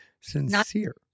sincere